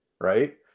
right